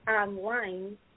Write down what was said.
online